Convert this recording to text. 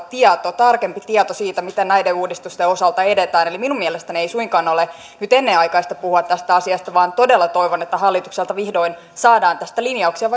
tieto tarkempi tieto siitä miten näiden uudistusten osalta edetään eli minun mielestäni ei suinkaan ole nyt ennenaikaista puhua tästä asiasta vaan todella toivon että hallitukselta vihdoin saadaan tästä linjauksia